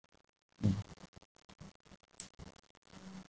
mm